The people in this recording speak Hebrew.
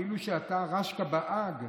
כאילו שאתה רשכבה"ג,